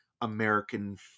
American